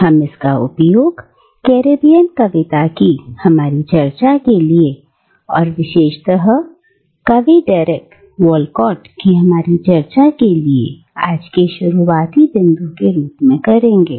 और हम इसका उपयोग कैरेबियन कविता की हमारी चर्चा के लिए और विशेषत कवि डेरेक वालकोट कि हमारी चर्चा के लिए आज के शुरुआती बिंदु के रूप में करेंगे